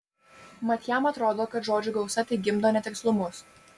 mat jam atrodo kad žodžių gausa tik gimdo netikslumus